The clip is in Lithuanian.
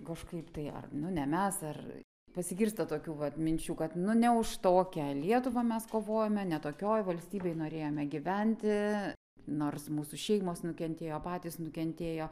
kažkaip tai ar nu ne mes ar pasigirsta tokių vat minčių kad nu ne už tokią lietuvą mes kovojome ne tokioj valstybėj norėjome gyventi nors mūsų šeimos nukentėjo patys nukentėjo